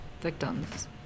victims